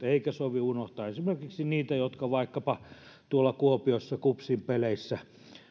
eikä sovi unohtaa esimerkiksi heitä jotka vaikkapa tuolla kuopiossa kupsin peleissä